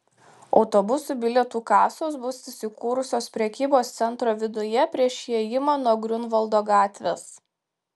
autobusų bilietų kasos bus įsikūrusios prekybos centro viduje prieš įėjimą nuo griunvaldo gatvės